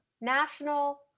National